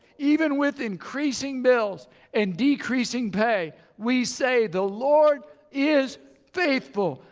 even with increasing bills and decreasing pay we say the lord is faithful.